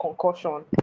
concussion